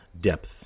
depth